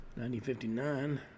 1959